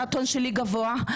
שהטון שלי גבוה,